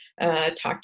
talked